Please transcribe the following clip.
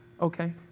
Okay